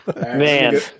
Man